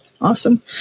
awesome